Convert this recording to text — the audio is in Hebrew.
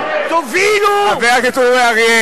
בוז לכם, חבורה של גזענים,